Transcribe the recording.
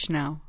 now